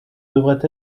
devraient